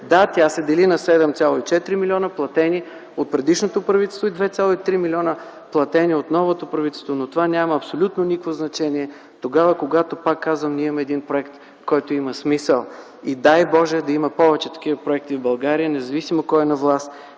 Да, тя се дели на 7,4 млн. платени от предишното правителство и 2,3 млн. платени от новото правителство. Но това няма абсолютно никакво значение тогава, когато, пак казвам, ние имаме един проект, който има смисъл. Дай Боже, да има повече такива проекти в България, независимо кой е на власт